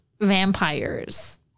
vampires